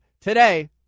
Today